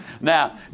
Now